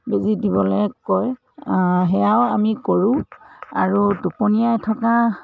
বেজী দিবলে কয় সেয়াও আমি কৰোঁ আৰু টোপনিয়াই থকা